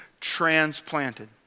transplanted